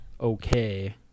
okay